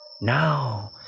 Now